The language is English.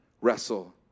wrestle